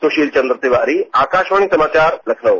सुशील चंद्र तिवारी आकाशवाणी समाचार लखनऊ